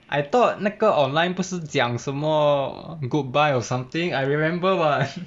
I thought 那个 online 不是讲什么 goodbye or something I remember [what]